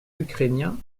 ukrainiens